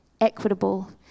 equitable